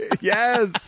Yes